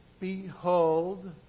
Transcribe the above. Behold